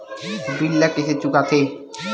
bill ला कइसे चुका थे